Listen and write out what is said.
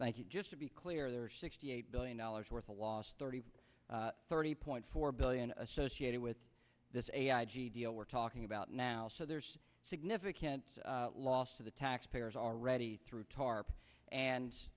you just to be clear there are sixty eight billion dollars worth of lost thirty thirty point four billion associated with this a deal we're talking about now so there's significant loss to the taxpayers already through tarp and